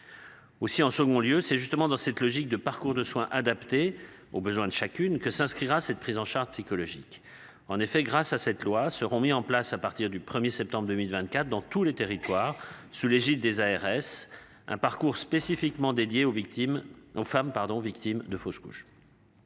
Aussi, en second lieu c'est justement dans cette logique de parcours de soins adaptés aux besoins de chacune que s'inscrira cette prise en charge psychologique, en effet, grâce à cette loi seront mis en place à partir du 1er septembre 2024, dans tous les territoires sous l'égide des ARS un parcours spécifiquement dédié aux victimes, aux femmes